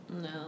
No